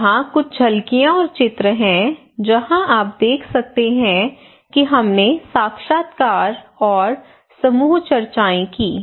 यहाँ कुछ झलकियाँ और चित्र हैं जहाँ आप देख सकते हैं कि हमने साक्षात्कार और समूह चर्चाएँ कीं